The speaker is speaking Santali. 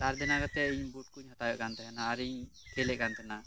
ᱫᱷᱟᱨ ᱫᱮᱱᱟ ᱠᱟᱛᱮᱜ ᱤᱧ ᱵᱩᱴᱠᱩᱧ ᱦᱟᱛᱟᱣᱮᱫ ᱠᱟᱱᱛᱟᱦᱮᱸᱜᱼᱟ ᱤᱧ ᱠᱷᱮᱞᱮᱫ ᱠᱟᱱᱛᱟᱦᱮᱱᱟ